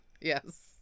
Yes